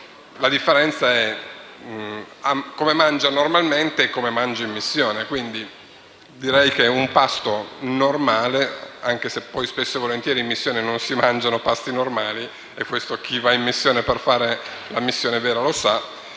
la differenza è come mangia normalmente e come mangia in missione. Direi che un pasto normale, anche se poi spesso e volentieri in missione non si mangiano pasti normali (e questo chi va in missione davvero lo sa),